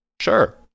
sure